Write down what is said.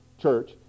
church